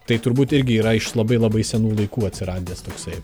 tai turbūt irgi yra iš labai labai senų laikų atsiradęs toksai